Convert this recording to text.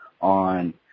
on